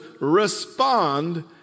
respond